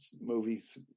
movies